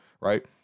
right